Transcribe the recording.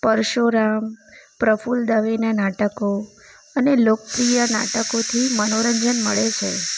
પરશુરામ પ્રફુલ દવેના નાટકો અને લોકપ્રિય નાટકોથી મનોરંજન મળે છે